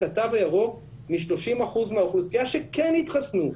התו הירוק מ-30% מהאוכלוסייה שכן התחסנו,